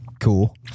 cool